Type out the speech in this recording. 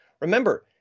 Remember